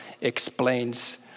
explains